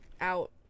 out